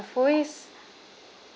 I've always